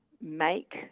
make